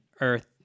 Earth